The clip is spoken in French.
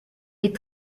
est